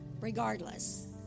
regardless